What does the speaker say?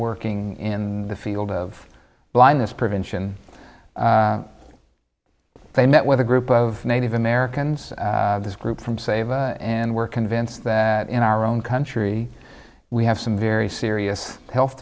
working in the field of blindness prevention they met with a group of native americans this group from save and were convinced that in our own country we have some very serious health